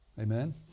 Amen